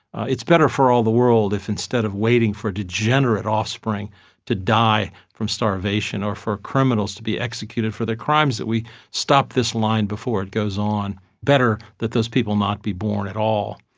it's better for all the world if, instead of waiting for degenerate offspring to die from starvation or for criminals to be executed for their crimes, that we stop this line before it goes on better that those people not be born at all.